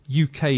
UK